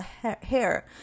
hair